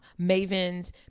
Mavens